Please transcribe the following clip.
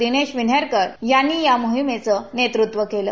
दिनेश विन्हेरकर यांनी या मोहिमेचं नेतृत्व केलं